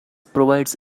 provides